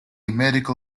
medical